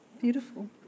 Beautiful